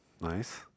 Nice